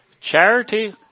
Charity